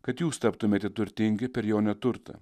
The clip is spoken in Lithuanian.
kad jūs taptumėte turtingi per jo neturtą